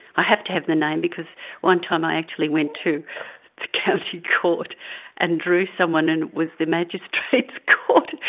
i have to have the name because one time i actually went to the county court and drew someone and it was the magistrate's court,